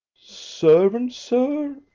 servant, sir?